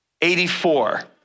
84